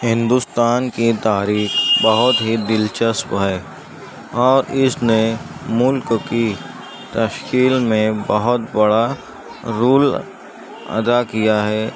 ہندوستان کی تاریخ بہت ہی دلچسپ ہے اور اس نے ملک کی تشکیل میں بہت بڑا رول ادا کیا ہے